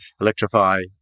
electrify